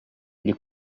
les